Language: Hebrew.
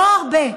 לא הרבה,